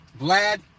Vlad